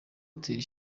hotel